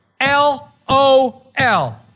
L-O-L